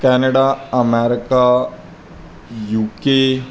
Canada America UK